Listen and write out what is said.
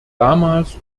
damals